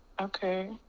Okay